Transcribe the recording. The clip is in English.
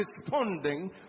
responding